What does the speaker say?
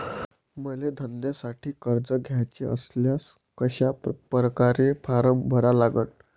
मले धंद्यासाठी कर्ज घ्याचे असल्यास कशा परकारे फारम भरा लागन?